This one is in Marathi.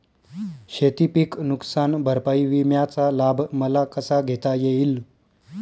शेतीपीक नुकसान भरपाई विम्याचा लाभ मला कसा घेता येईल?